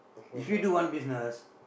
if you do one business